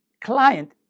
client